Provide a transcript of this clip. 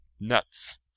Nuts